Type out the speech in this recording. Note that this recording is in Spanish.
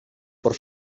por